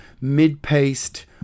mid-paced